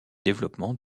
développement